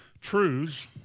truths